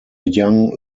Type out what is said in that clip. young